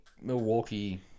Milwaukee